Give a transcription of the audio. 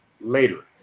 later